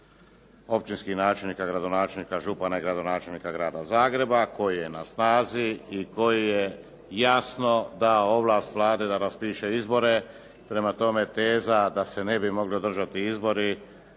općinskih načelnika, gradonačelnika, župana i gradonačelnika Grada Zagreba koji je na snazi i koji je jasno dao ovlast Vladi da raspiše izbore. Prema tome, teza da se ne bi mogli izbori